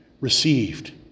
received